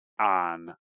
on